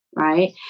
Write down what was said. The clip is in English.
right